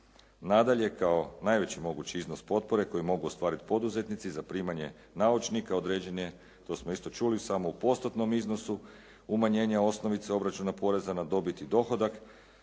Nadalje, kao najveći mogući iznos potpore koji mogu ostvariti poduzetnici za primanje naučnika određen je, to smo isto čuli, samo u postotnom iznosu, umanjenje osnovice obračuna poreza na dobit i dohodak,